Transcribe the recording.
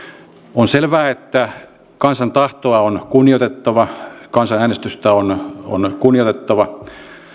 on selvää että kansan tahtoa on kunnioitettava kansanäänestystä on on kunnioitettava